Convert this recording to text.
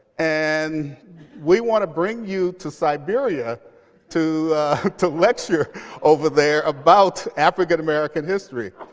and we want to bring you to siberia to to lecture over there about african-american history.